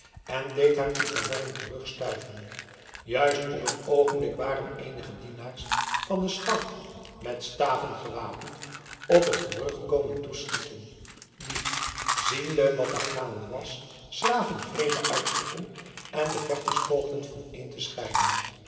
en deed haar in verwarring terugstuiven juist op het oogenblik waren eenige dienaars van den schout met staven gewapend op het gerucht komen toeschieten die ziende wat er gaande was s graven vrede uitriepen en de vechters poogden vaneen te scheiden